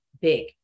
big